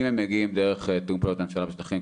אם הם מגיעים דרך תיאום פעולות הממשלה בשטחים,